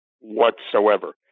whatsoever